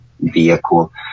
vehicle